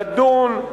לדון,